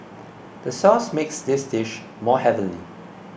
the sauce makes this dish more heavenly